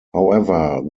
however